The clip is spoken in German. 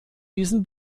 diesen